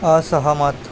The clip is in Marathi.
असहमत